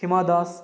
Hima Das